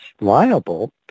liable